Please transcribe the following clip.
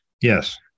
Yes